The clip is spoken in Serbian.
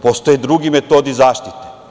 Postoje drugi metodi zaštite.